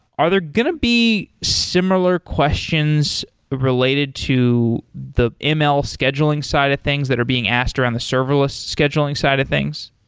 are there going to be similar questions related to the ml scheduling side of things that are being asked around the serverless scheduling side of things?